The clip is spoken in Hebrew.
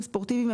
ספורטיביים,